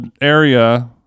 area